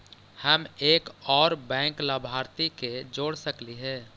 हम एक और बैंक लाभार्थी के जोड़ सकली हे?